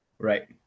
right